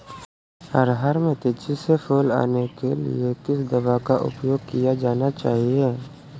अरहर में तेजी से फूल आने के लिए किस दवा का प्रयोग किया जाना चाहिए?